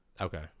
Okay